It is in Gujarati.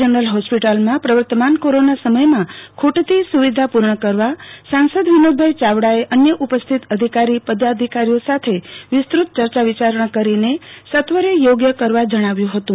જનરલ હોસ્પિટલમાં પ્રવર્તમાન કોરોના સમયમાં ખટતી સુવિધા પણ કરવા સાંસદ વિનોદભાઈ ચાવડાએ અન્ય ઉપસ્થિત અધિકારી પદાધિકારીઓ સાથે વિસ્ત્રત ચર્ચા વિચારણા કરીને સત્વરે યોગ્ય કરવા જણાવાયું હતું